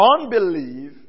Unbelief